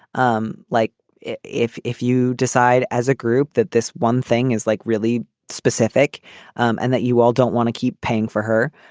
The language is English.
um like if if you decide as a group that this one thing is like really specific and that you all don't want to keep paying for her,